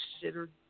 considered